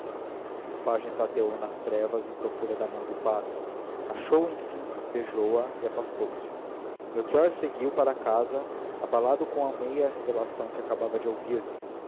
o pajem tateou nas trevas em procura da mão do padre achou-a enfim beijou-a e afastou-se melchior seguiu para casa abalado com a meia revelação que acabava de ouvir